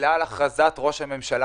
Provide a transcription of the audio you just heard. בגלל שראש הממשלה